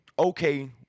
Okay